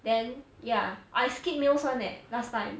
then ya I skipped meals [one] leh last time